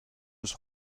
eus